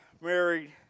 married